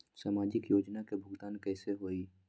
समाजिक योजना के भुगतान कैसे होई?